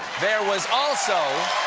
there was also